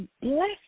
bless